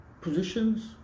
positions